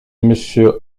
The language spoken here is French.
monsieur